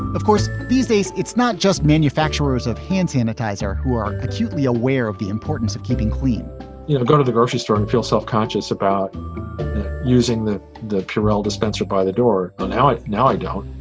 of course, these days, it's not just manufacturers of hand sanitizer who are acutely aware of the importance of keeping clean you know go to the grocery store and feel self-conscious about using the the purell dispenser by the door. now, now, i don't